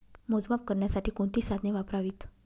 मोजमाप करण्यासाठी कोणती साधने वापरावीत?